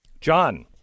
John